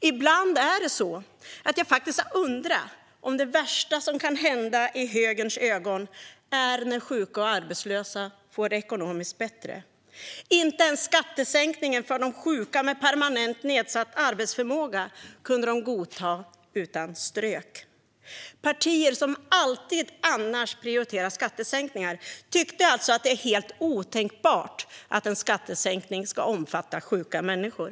Ibland har jag faktiskt undrat om det värsta som kan hända i högerns ögon är att sjuka och arbetslösa får det ekonomiskt bättre. Inte ens skattesänkningen för de sjuka med permanent nedsatt arbetsförmåga kunde de godta, utan de strök den. Partier som alltid annars prioriterar skattesänkningar tyckte alltså att det är helt otänkbart att en skattesänkning ska omfatta sjuka människor.